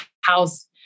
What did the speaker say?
house